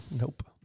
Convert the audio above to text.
Nope